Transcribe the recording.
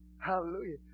Hallelujah